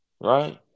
right